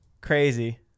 Crazy